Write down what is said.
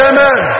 Amen